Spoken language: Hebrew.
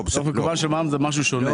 החוק המקוון של מע"מ זה משהו שונה.